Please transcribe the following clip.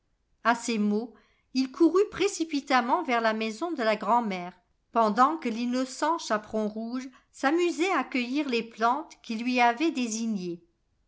a ces mots il courut précipitamment vers la maison de la grand'mère pendant que l'innocent chaperon rouge s'amusait à cueillir les plantes qu'il lui avait désignées